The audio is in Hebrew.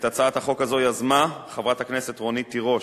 את הצעת החוק הזאת יזמה חברת הכנסת רונית תירוש,